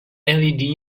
led